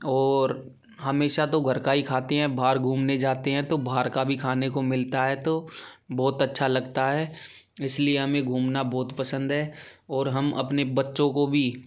और हमेशा तो घर का ही खाते हैं बाहर घूमने जाते हैं तो बाहर का भी खाने को मिलता है तो बहुत अच्छा लगता है इसलिए हमें घूमना बहुत पसंद है और हम अपने बच्चों को भी